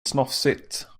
snofsigt